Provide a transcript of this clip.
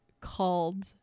called